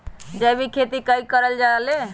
जैविक खेती कई से करल जाले?